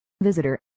visitor